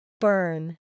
Burn